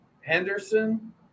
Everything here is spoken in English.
Henderson